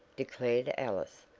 declared alice.